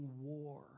war